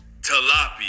tilapia